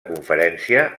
conferència